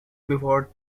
before